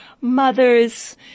mothers